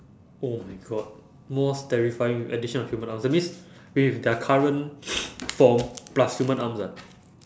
oh my god most terrifying with addition of human arms that means with their current form plus human arms ah